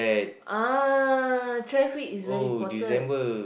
ah traffic is very important